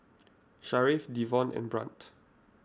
Sharif Devon and Brandt